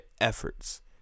efforts